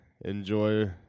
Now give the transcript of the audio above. Enjoy